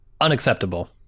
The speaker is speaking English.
unacceptable